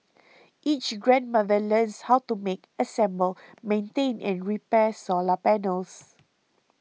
each grandmother learns how to make assemble maintain and repair solar panels